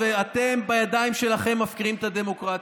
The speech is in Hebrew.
ואתם בידיים שלכם מפקירים את הדמוקרטיה.